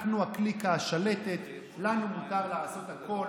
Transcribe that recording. אנחנו הקליקה השלטת, לנו מותר לעשות הכול.